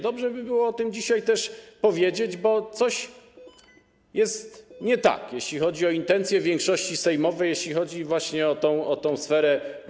Dobrze by było o tym dzisiaj powiedzieć, bo coś jest nie tak, jeśli chodzi o intencje większości sejmowej, jeśli chodzi właśnie o tę sferę.